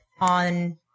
on